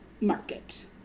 market